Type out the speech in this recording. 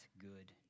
good